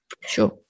Sure